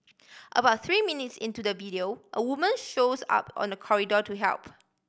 about three minutes into the video a woman shows up on the corridor to help